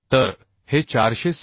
तर हे 460